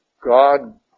God